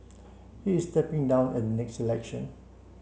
he is stepping down at the next election